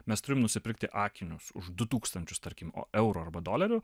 mes turim nusipirkti akinius už du tūkstančius tarkim euro arba dolerių